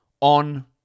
on